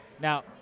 Now